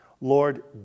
Lord